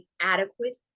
adequate